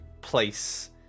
place